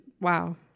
Wow